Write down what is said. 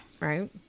Right